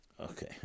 Okay